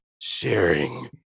sharing